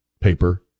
paper